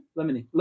Lemony